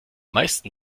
meisten